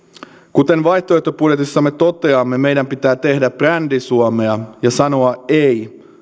kuten vaihtoehtobudjetissamme toteamme meidän pitää tehdä brändi suomea ja sanoa ei